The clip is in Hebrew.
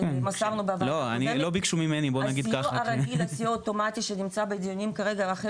הסיוע הרגיל הסיוע האוטומטי שנמצא בדיונים כרגע החל